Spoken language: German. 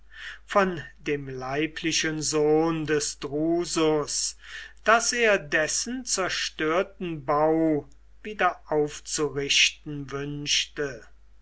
von dem leiblichen sohn des drusus daß er dessen zerstörten bau wieder aufzurichten wünschte